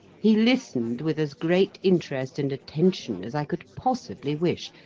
he listened with as great interest and attention as i could possibly wish,